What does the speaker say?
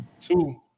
Two